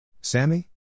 Sammy